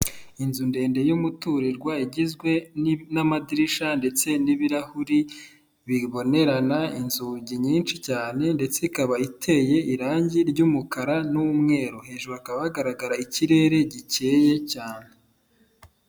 Inzu ndende y'umuturirwa, igizwe n'amadirishya ndetse n'ibirahuri bibonerana, inzugi nyinshi cyane ndetse ikaba iteye irangi ry'umukara n'umweru, hejuru hakaba hagaragara ikirere gikeye cyane.